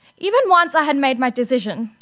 even once i had made my decision,